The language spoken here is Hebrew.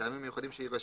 מטעמים מיוחדים שיירשמו,